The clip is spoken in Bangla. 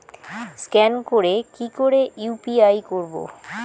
স্ক্যান করে কি করে ইউ.পি.আই করবো?